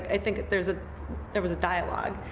i think there is a there was a dialogue,